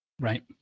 right